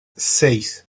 seis